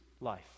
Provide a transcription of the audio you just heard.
life